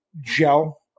gel